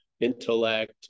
intellect